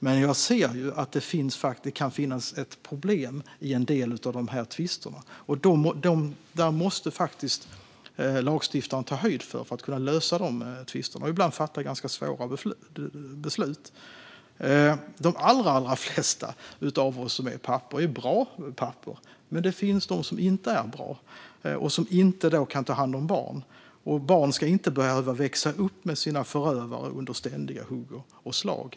Men jag ser att det kan finnas ett problem i en del av de här tvisterna, och lagstiftaren måste ta höjd för att kunna lösa de tvisterna och ibland fatta ganska svåra beslut. De allra flesta av oss som är pappor är bra pappor. Men det finns de som inte är bra och som inte kan ta hand om barn, och barn ska inte behöva växa upp med sina förövare under ständiga hugg och slag.